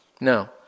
No